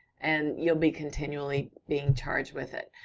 and you'll be continually being charged with it.